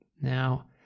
Now